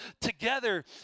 together